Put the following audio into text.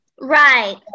Right